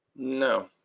No